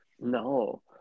No